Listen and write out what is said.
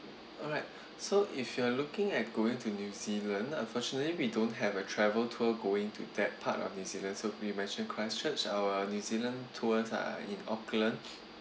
alright so if you're looking at going to new zealand unfortunately we don't have a travel tour going to that part of new zealand so you mentioned christchurch our new zealand tours are in auckland